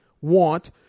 want